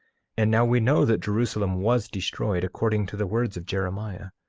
and now we know that jerusalem was destroyed according to the words of jeremiah.